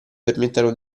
permettano